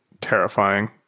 terrifying